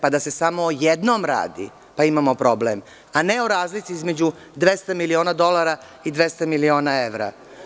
Pa da se samo o jednom radi, pa imamo problem, a ne o razlici između 200 miliona dolara i 200 miliona evra.